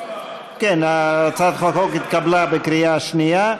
הצעת החוק התקבלה בקריאה שנייה.